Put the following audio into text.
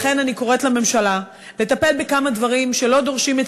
לכן אני קוראת לממשלה לטפל בכמה דברים שלא דורשים את